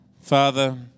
Father